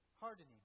hardening